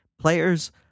Players